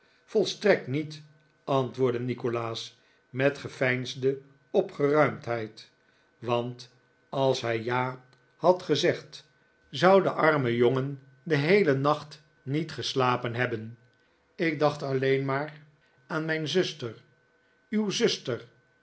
volstrekt niet antwoordde nikolaas met geveinsde opgeruimdheid want als hij ja had gezegd zou de arme jongen den nikola as nickleby heelen nacht niet geslapen hebben ik dacht alleen maar aan mijn zuster uw zuster